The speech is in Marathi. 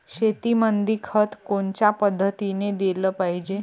शेतीमंदी खत कोनच्या पद्धतीने देलं पाहिजे?